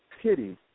pity